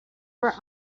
were